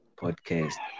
podcast